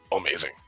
amazing